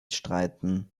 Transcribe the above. streiten